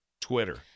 Twitter